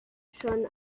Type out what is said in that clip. schon